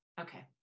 Okay